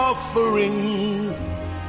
Offering